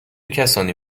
کسانی